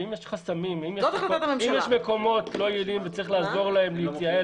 ואם יש חסמים ומקומות לא יעילים וצריך לעזור להם להתייעל